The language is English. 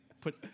Put